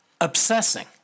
obsessing